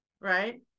Right